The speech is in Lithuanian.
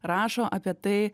rašo apie tai